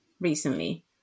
recently